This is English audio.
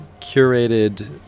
curated